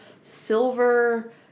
silver